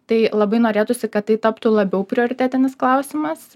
tai labai norėtųsi kad tai taptų labiau prioritetinis klausimas